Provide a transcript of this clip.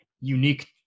unique